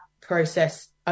process